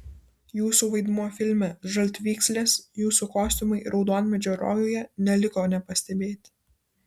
jūsų vaidmuo filme žaltvykslės jūsų kostiumai raudonmedžio rojuje neliko nepastebėti